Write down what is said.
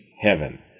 Heaven